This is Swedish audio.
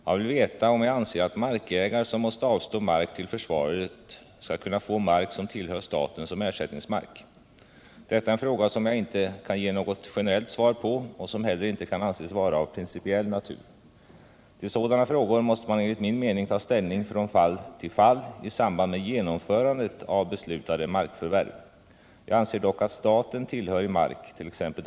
Han vill veta om jaganser att markägare som måste avstå mark till försvaret skall kunna få mark som tillhör staten som ersättningsmark. Detta är en fråga som jag inte kan ge något generellt svar på och som inte heller kan anses vara av principiell natur. Till sådana frågor måste man enligt min mening ta ställning från fall till fall i samband med genomförandet av beslutade markförvärv. Jag anser dock att staten tillhörig mark,t.ex.